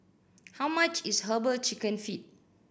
how much is Herbal Chicken Feet